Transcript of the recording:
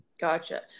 Gotcha